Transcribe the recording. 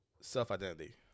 self-identity